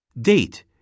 Date